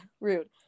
rude